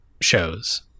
shows